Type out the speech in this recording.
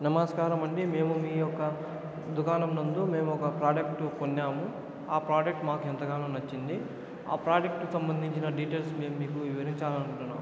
నమస్కారమండి మేము మీ యొక్క దుకాణంనందు మేము ఒక ప్రాడక్ట్ కొన్నాము ఆ ప్రాడక్ట్ మాకు ఎంతగానో నచ్చింది ఆ ప్రాడక్ట్ సంబందించిన డీటైల్స్ మేము మీకు వివరించాలి అనుకుంటున్నాం